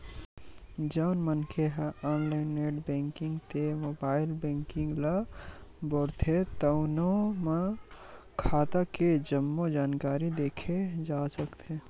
जउन मनखे ह ऑनलाईन नेट बेंकिंग ते मोबाईल बेंकिंग ल बउरथे तउनो म खाता के जम्मो जानकारी देखे जा सकथे